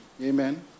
Amen